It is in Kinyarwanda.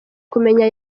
kumenya